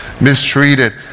mistreated